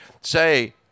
say